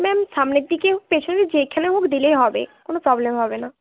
ma'am সামনের দিকে হোক পেছনে যেখানে হোক দিলেই হবে কোনো প্রবলেম হবে না